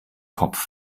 kopf